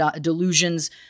delusions